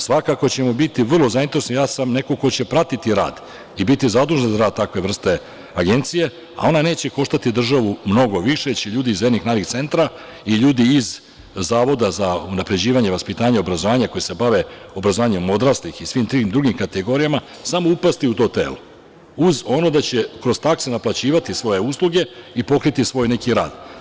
Svakako ćemo biti vrlo zainteresovani, ja sam neko ko će pratiti rad i biti zadužen za rad takve vrste agencije, a ona neće koštati državu mnogo više, jer će ljudi iz Enik-Narik centra i ljudi iz Zavoda za unapređivanje vaspitanja i obrazovanja koji se bave obrazovanjem odraslih i svim tim drugim kategorijama samo upasti u to telo, uz ono da će kroz takse naplaćivati svoje usluge i pokriti svoj neki rad.